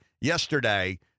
yesterday